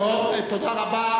טוב, תודה רבה.